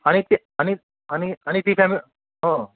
आणि ते आणि आणि आणि ती फॅमी हं